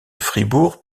fribourg